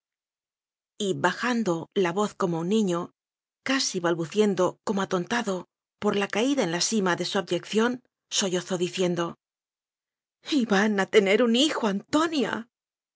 bajando la voz cómo un niño casi bal buciendo como atontado por la caída en la sima de su abyección sollozó diciendo y van a tener un hijo antonia